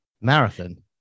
Marathon